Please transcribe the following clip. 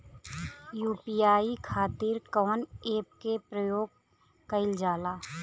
UPI खातीर कवन ऐपके प्रयोग कइलजाला?